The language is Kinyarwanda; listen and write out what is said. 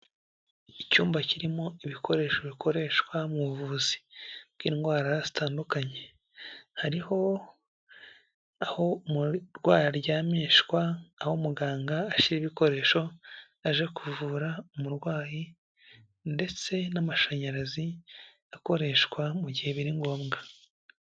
Icyumba kirimo ibikoresho bikoreshwa mu buvuzi bw'indwara zitandukanye, hariho aho umurwayi aryamishwa, aho muganga ashyira ibikoresho aje kuvura umurwayi ndetse n'amashanyarazi akoreshwa mu gihe biri ngombwa.